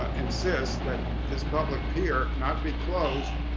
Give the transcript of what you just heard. ah insist that is public peer not be closed.